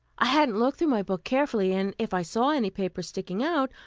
i hadn't looked through my book carefully, and if i saw any papers sticking out,